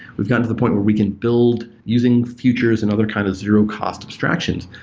we've gotten to the point where we can build using futures and other kind of zero-cost abstractions,